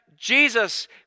Jesus